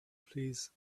please